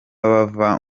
bava